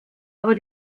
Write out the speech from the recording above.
aber